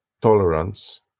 tolerance